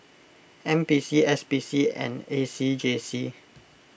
N P C S P C and A C J C